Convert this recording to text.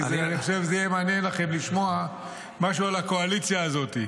כי אני חושב שזה יעניין אתכם לשמוע משהו על הקואליציה הזו.